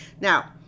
Now